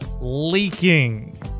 leaking